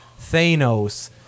Thanos